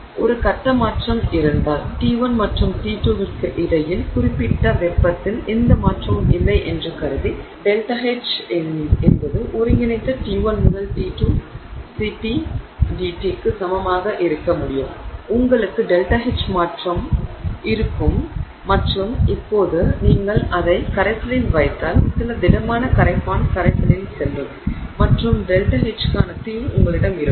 எனவே ஒரு கட்ட மாற்றம் இருந்தால் T1 மற்றும் T2 க்கு இடையில் குறிப்பிட்ட வெப்பத்தில் எந்த மாற்றமும் இல்லை என்று கருதி ΔH என்பது ஒருங்கிணைந்த T1 முதல் T2 Cp dT க்கு சமமாக இருக்க முடியும் உங்களுக்கு ΔH மாற்றம் இருக்கும் மற்றும் இப்போது நீங்கள் அதை கரைசலில் வைத்தால் சில திடமான கரைப்பான் கரைசலில் செல்லும் மற்றும் ΔH க்கான தீர்வு உங்களிடம் இருக்கும்